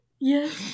yes